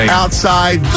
outside